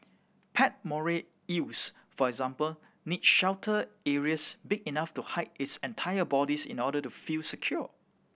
pet moray eels for example need sheltered areas big enough to hide its entire bodies in order to feel secure